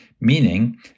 meaning